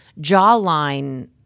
jawline